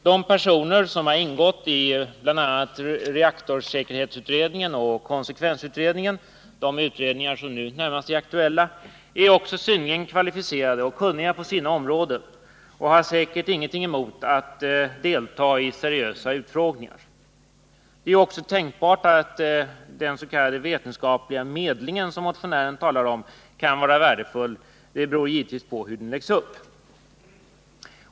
De personer som ingått i bl.a. reaktorsäkerhetsutredningen och konsekvensutredningen — de utredningar som nu är aktuella — är också synnerligen kvalificerade och kunniga på sina områden och har säkert ingenting emot att delta i seriösa utfrågningar. Det är också tänkbart att den s.k. vetenskapliga medling som motionären talar om kan vara värdefull — det beror givetvis på hur den läggs upp.